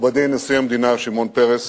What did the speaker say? מכובדי נשיא המדינה שמעון פרס,